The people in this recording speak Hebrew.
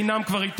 את המתים מהקבר?